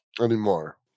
anymore